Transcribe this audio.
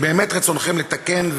אם באמת רצונכם לתקן,